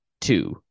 two